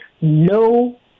no